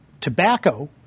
Tobacco